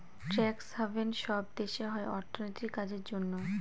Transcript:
tax haven সব দেশে হয় অর্থনীতির কাজের জন্য